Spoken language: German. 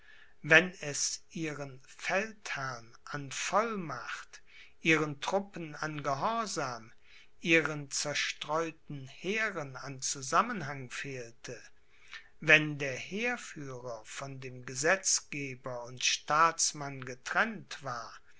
wenn es ihren feldherrn an vollmacht ihren truppen an gehorsam ihren zerstreuten heeren an zusammenhang fehlte wenn der heerführer von dem gesetzgeber und staatsmann getrennt war